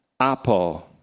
Apo